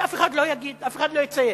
ואף אחד לא יגיד, אף אחד לא יצייץ.